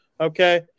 Okay